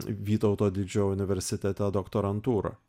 vytauto didžiojo universitete doktorantūrą